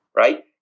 right